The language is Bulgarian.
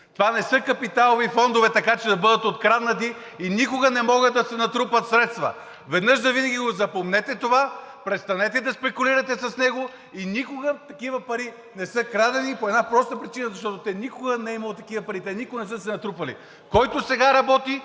Това не са капиталови фондове, така че да бъдат откраднати, и никога не могат да се натрупат средства. Веднъж завинаги запомнете това! Престанете да спекулирате с него! Никога такива пари не са крадени по една проста причина – защото никога не е имало такива пари и те никога не са се натрупвали, а който сега работи,